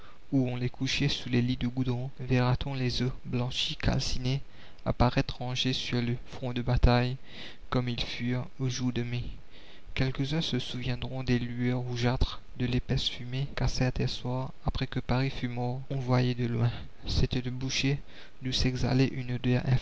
où on les couchait sous les lits de goudron verra ton les os blanchis calcinés apparaître rangés sur le front de bataille comme ils furent aux jours de mai quelques-uns se souviendront des lueurs rougeâtres de l'épaisse fumée qu'à certains soirs après que paris fut mort on voyait de loin c'était le bûcher d'où s'exhalait une odeur